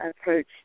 approach